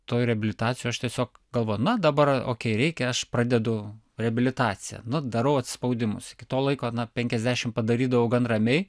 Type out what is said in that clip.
toj reabilitacijoj aš tiesiog galvoju na dabar okei reikia aš pradedu reabilitaciją nu darau atsispaudimus iki to laiko na penkiasdešimt padarydavau gan ramiai